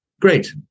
Great